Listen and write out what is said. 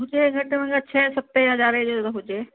हुजे घटि में घटि छहे सते हज़ारे जो त हुजे